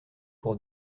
pour